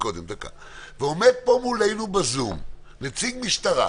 ועומד פה מולנו בזום נציג המשטרה,